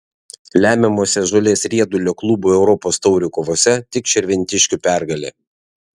lemiamose žolės riedulio klubų europos taurių kovose tik širvintiškių pergalė